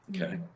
okay